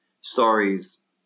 stories